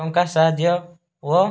ଟଙ୍କା ସାହାଯ୍ୟ ଓ